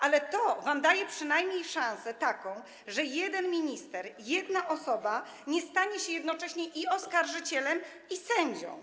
Ale to wam daje przynajmniej szansę, że jeden minister, jedna osoba nie stanie się jednocześnie oskarżycielem i sędzią.